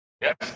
Yes